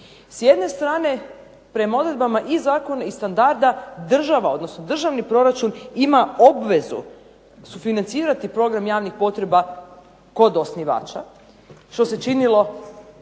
S jedne strane prema odredbama i zakona i standarda država, odnosno državni proračun ima obvezu sufinancirati program javnih potreba kod osnivača što se činilo